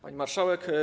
Pani Marszałek!